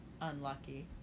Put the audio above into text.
unlucky